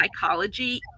psychology